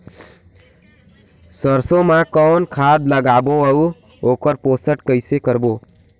सरसो मा कौन खाद लगाबो अउ ओकर पोषण कइसे करबो?